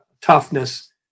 toughness